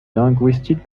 linguistique